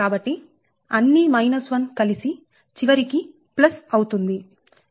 కాబట్టి అన్ని 1 కలిసి చివరికి అవుతుంది